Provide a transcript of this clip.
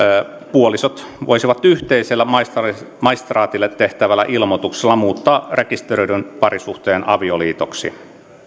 puolisot voisivat yhteisellä maistraatille maistraatille tehtävällä ilmoituksella muuttaa rekisteröidyn parisuhteen avioliitoksi